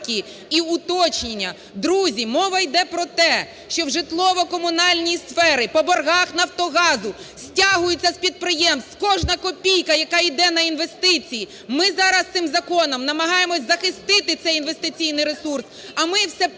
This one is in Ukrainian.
Друзі, мова йде про те, що в житлово-комунальній сфері по боргах "Нафтогазу" стягується з підприємств кожна копійка, яка іде на інвестиції. Ми зараз цим законом намагаємося захистити цей інвестиційний ресурс, а ми все повністю